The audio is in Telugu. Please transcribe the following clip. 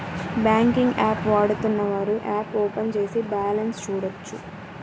బ్యాంకింగ్ యాప్ వాడుతున్నవారు యాప్ ఓపెన్ చేసి బ్యాలెన్స్ చూడొచ్చు